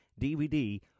DVD